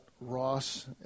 Ross